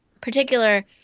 particular